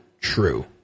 true